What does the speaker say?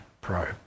pro